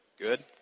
Good